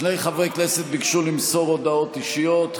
שני חברי כנסת ביקשו למסור הודעות אישיות.